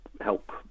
help